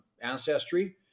ancestry